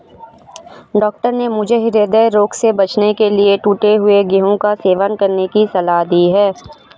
doctor ने मुझे हृदय रोग से बचने के लिए टूटे हुए गेहूं का सेवन करने की सलाह दी है